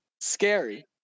Scary